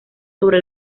sobre